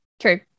True